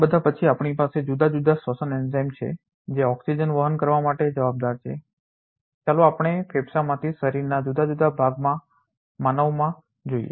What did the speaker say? આ બધા પછી આપણી પાસે જુદા જુદા શ્વસન એન્ઝાઇમ છે જે ઓક્સિજન વહન કરવા માટે જવાબદાર છે ચાલો આપણે ફેફસાંમાંથી શરીરના જુદા જુદા ભાગમાં માનવમાં જોઈએ